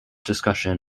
discussion